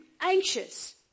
anxious